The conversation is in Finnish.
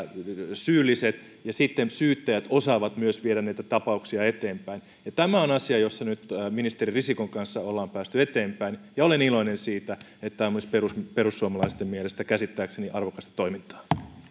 syylliset ja sitten syyttäjät osaavat myös viedä niitä tapauksia eteenpäin tämä on asia jossa nyt ministeri risikon kanssa ollaan päästy eteenpäin ja olen iloinen siitä että tämä on myös perussuomalaisten mielestä käsittääkseni arvokasta toimintaa